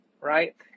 right